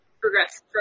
Progress